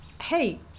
Hey